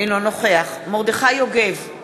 אינו נוכח מרדכי יוגב,